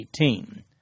18